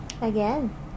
Again